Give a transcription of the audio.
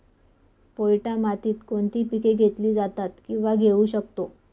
पोयटा मातीत कोणती पिके घेतली जातात, किंवा घेऊ शकतो?